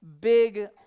big